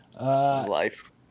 life